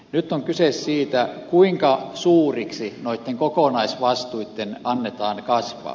nyt on kyse siitä kuinka suuriksi noitten kokonaisvastuitten annetaan kasvaa